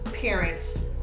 parents